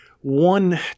One